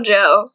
Joe